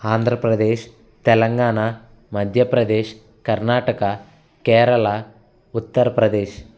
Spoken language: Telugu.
ఆంధ్రప్రదేశ్ తెలంగాణ మధ్యప్రదేశ్ కర్ణాటక కేరళ ఉత్తర ప్రదేశ్